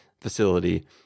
facility